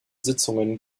sitzungen